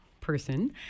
person